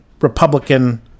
republican